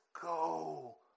go